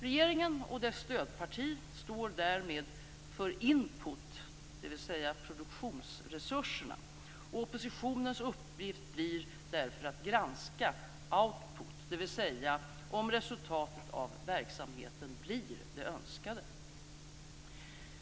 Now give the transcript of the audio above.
Regeringen och dess stödparti står därmed för input, dvs. produktionsresurserna, och oppositionens uppgift blir att granska output, dvs. om resultatet av verksamheten blir det önskade.